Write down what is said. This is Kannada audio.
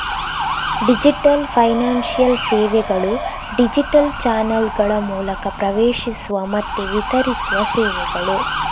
ಡಿಜಿಟಲ್ ಫೈನಾನ್ಶಿಯಲ್ ಸೇವೆಗಳು ಡಿಜಿಟಲ್ ಚಾನಲ್ಗಳ ಮೂಲಕ ಪ್ರವೇಶಿಸುವ ಮತ್ತೆ ವಿತರಿಸುವ ಸೇವೆಗಳು